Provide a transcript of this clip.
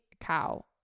cow